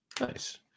nice